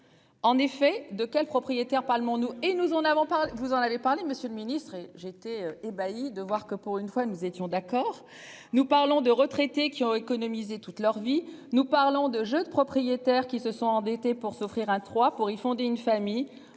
En effet, de quel propriétaire Palm on nous et nous en avons parlé, vous en avez parlé. Monsieur le ministre et j'étais ébahi de voir que pour une fois, nous étions d'accord. Nous parlons de retraités qui ont économisé toute leur vie. Nous parlons de jeu de propriétaires qui se sont endettés pour s'offrir un trois pour y fonder une famille